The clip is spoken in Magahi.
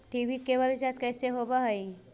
टी.वी केवल रिचार्ज कैसे होब हइ?